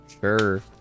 Sure